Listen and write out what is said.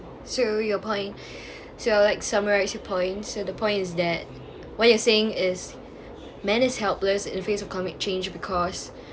so your point so like summaries you point so the point is that what you're saying is men as helpless in face of climate change because